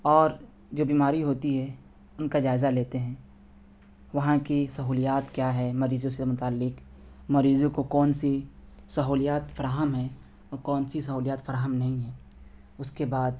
اور جو بیماری ہوتی ہے ان کا جائزہ لیتے ہیں وہاں کی سہولیات کیا ہے مریضوں سے متعلق مریضوں کو کون سی سہولیات فراہم ہے اور کون سی سہولیات فراہم نہیں ہیں اس کے بعد